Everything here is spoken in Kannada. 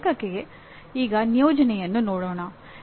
ಈ ಪಠ್ಯಕ್ಕೆ ಈಗ ನಿಯೋಜನೆಯನ್ನು ನೋಡೋಣ